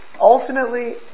ultimately